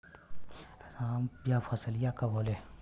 यह फसलिया कब होले?